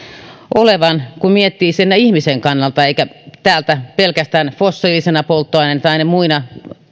merkitsevän kun miettii sen ihmisen kannalta eikä täällä pelkästään fossiilisena polttoaineena tai muina